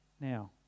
now